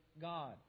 God